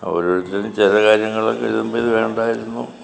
ഓരോരുത്തര് ചിലകര്യങ്ങള് ഇടുമ്പോൾ ഇത് വേണ്ടായിരുന്നു